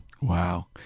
Wow